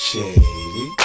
Shady